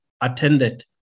attended